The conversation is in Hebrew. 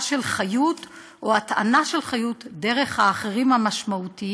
של חיות או הַטְעָנָה של חיות דרך האחרים המשמעותיים